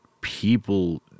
people